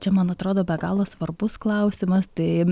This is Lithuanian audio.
čia man atrodo be galo svarbus klausimas tai